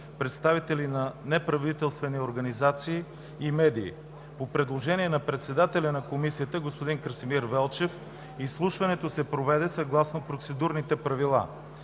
представители на неправителствени организации и медии. По предложение на председателя на Комисията господин Красимир Велчев изслушването се проведе съгласно Процедурните правила.